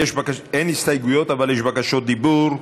אין הסתייגויות אבל יש בקשות דיבור.